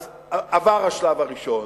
עבר השלב הראשון,